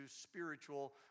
spiritual